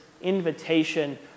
invitation